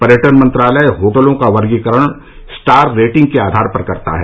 पर्यटन मंत्रालय होटलों का वर्गीकरण स्टार रेटिंग के आधार पर करता है